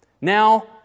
now